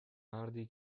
مردی